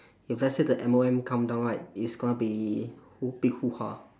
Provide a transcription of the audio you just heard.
if let's say the M_O_M come down right it's gonna be hoo~ big hoo ha